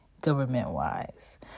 government-wise